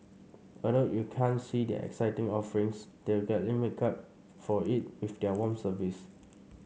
although you can't see their exciting offerings they gladly make up for it with their warm service